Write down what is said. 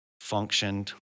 functioned